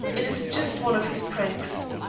it is just one of his pranks.